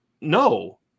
no